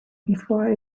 before